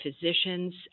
physicians